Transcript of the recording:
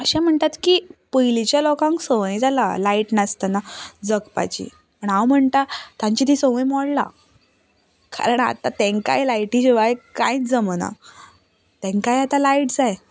अशें म्हणटात की पयलींच्या लोकांक संवय जाला लायट नासतना जगपाची पूण हांव म्हणटा तांची ती संवय मोडला कारण आतां तेंकांय लायटी शिवाय कांयच जमना तेंकाय आतां लायट जाय